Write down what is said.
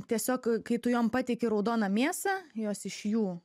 tiesiog kai tu jom pateiki raudoną mėsą jos iš jų